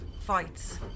fights